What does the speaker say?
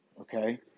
okay